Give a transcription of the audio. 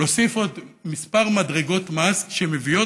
להוסיף עוד כמה מדרגות מס שמביאות